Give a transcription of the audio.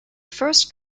first